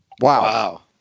Wow